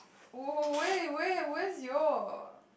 oh where where where is your